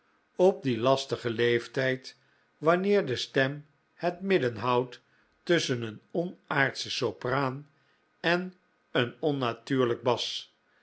op dien lastigen leeftijd wanneer de stem het midden houdt tusschen een onaardsche sopraan en een onnatuurlijke bas